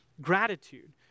gratitude